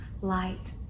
light